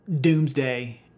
doomsday